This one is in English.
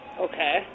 Okay